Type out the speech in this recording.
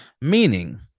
meaning